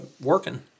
working